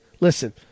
Listen